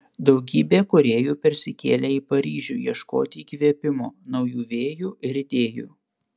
daugybė kūrėjų persikėlė į paryžių ieškoti įkvėpimo naujų vėjų ir idėjų